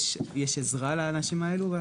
יש עזרה לאנשים האלה?